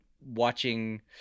watching